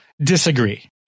disagree